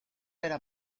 era